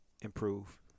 improve